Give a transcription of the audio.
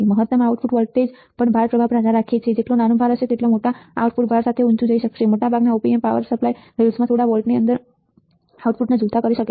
મહત્તમ output voltage પણ ભાર પ્રવાહ પર આધાર રાખે છે જેટલો નાનો ભાર હશે તેટલો આઉટપુટ મોટા ભાર સાથે ઊંચો જઈ શકે છે મોટાભાગના op amp પાવર સપ્લાય રેલ્સમાં થોડા વોલ્ટની અંદર આઉટપુટને ઝૂલતા કરી શકે છે